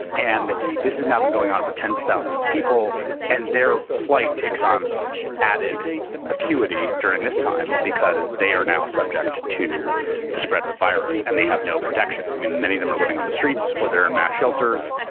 and this has now been going on for tens of thousands of people and their plight takes on added acuity during this time because they are now subject to the spread of the virus and they have no protection. many of them are living on the streets or they're in mass shelters.